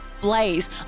blaze